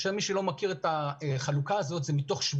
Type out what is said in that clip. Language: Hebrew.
מי שלא מכיר את החלוקה הזאת - אבות